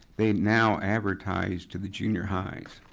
they now advertise to the junior highs.